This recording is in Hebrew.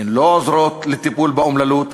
הן לא עוזרות לטיפול באומללות,